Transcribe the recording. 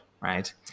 right